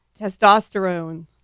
testosterone